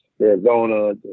Arizona